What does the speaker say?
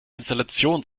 installation